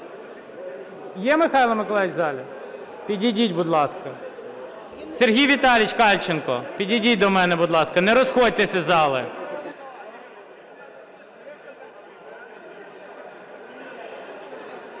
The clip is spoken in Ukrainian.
є Михайло Миколайович в залі? Підійдіть, будь ласка. Сергій Віталійович Кальченко, підійдіть до мене, будь ласка. Не розходьтесь із зали.